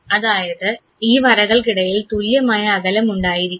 അതായത് ഈ വരകൾക്കിടയിൽ തുല്യമായ അകലം ഉണ്ടായിരിക്കും